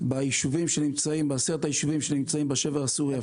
ב-10 היישובים שנמצאים בשבר הסורי-אפריקני.